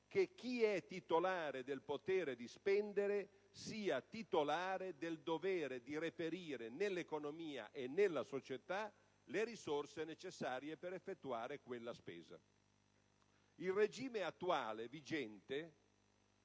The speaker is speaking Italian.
quale chi è titolare del potere di spendere è titolare del dovere di reperire nell'economia e nella società le risorse necessarie per effettuare quella spesa. Il regime vigente,